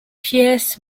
pears